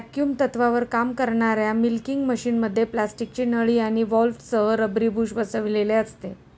vacuum तत्त्वावर काम करणाऱ्या मिल्किंग मशिनमध्ये प्लास्टिकची नळी आणि व्हॉल्व्हसह रबरी बुश बसविलेले असते